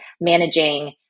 managing